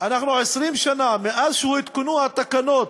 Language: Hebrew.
מאז הותקנו התקנות,